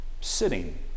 sitting